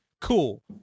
Cool